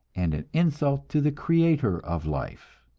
and an insult to the creator of life.